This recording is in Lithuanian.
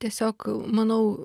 tiesiog manau